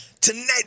Tonight